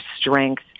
strength